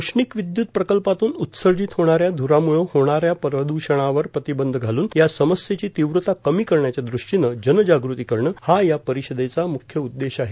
औष्णिक विद्युत प्रकल्पातून उत्सर्जित होणाऱ्या धूरामुळ होणाऱ्या प्रदूषणावर प्रतिबंध घालून या समस्येची तीव्रता कर्मी करण्याच्या दृष्टीनं जनजागृती करणं हा परिषदेचा मुख्य उद्देश आहे